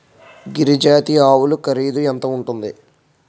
గిరి జాతి ఆవులు ఖరీదు ఎంత ఉంటుంది?